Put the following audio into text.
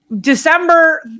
December